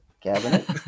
cabinet